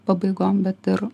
pabaigom bet ir